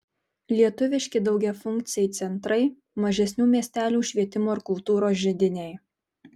lietuviški daugiafunkciai centrai mažesnių miestelių švietimo ir kultūros židiniai